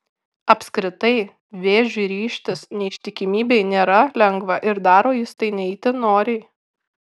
apskritai vėžiui ryžtis neištikimybei nėra lengva ir daro jis tai ne itin noriai